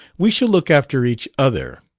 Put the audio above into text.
we shall look after each other,